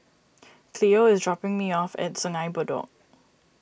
Cleo is dropping me off at Sungei Bedok